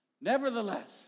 Nevertheless